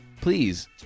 Please